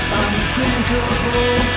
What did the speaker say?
unthinkable